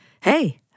hey